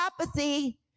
apathy